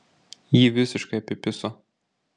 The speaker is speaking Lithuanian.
jį visiškai apipiso